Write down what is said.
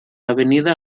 avenida